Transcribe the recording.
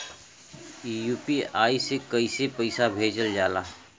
UPI से कइसे पैसा भेजल जाला?